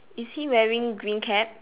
is he wearing green cap